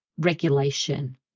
regulation